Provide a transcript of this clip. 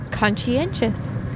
Conscientious